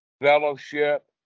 fellowship